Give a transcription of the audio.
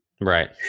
Right